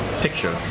picture